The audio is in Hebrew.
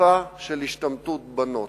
אכיפה של השתמטות בנות.